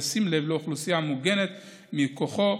ובשים לב לאוכלוסייה המוגנת מכוחו,